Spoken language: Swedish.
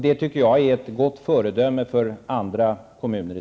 Det tycker jag är ett gott föredöme för andra kommuner i